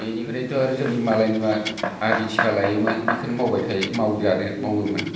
बेनिफ्रायथ' जोंनि मालायनि आदि थिखा लायोमोन बेखौनो मावोमोन